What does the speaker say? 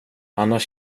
annars